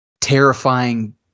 terrifying